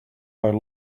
our